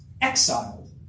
exiled